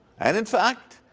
and in fact,